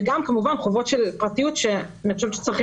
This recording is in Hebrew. וכמובן גם חובות פרטיות שאני חושבת שצריך